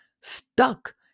stuck